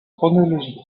chronologique